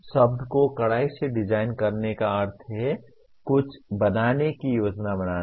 शब्द को कड़ाई से डिजाइन करने का अर्थ है कुछ बनाने की योजना बनाना